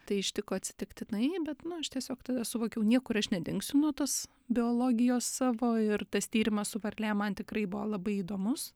tai ištiko atsitiktinai bet nu aš tiesiog tada suvokiau niekur aš nedingsiu nuo tos biologijos savo ir tas tyrimas su varlėm man tikrai buvo labai įdomus